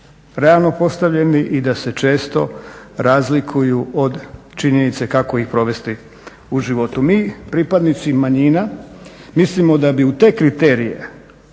realno postavljeni i da se često razlikuju od činjenice kako ih provesti u životu. Mi pripadnici manjima mislimo da bi u te kriterije